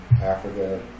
Africa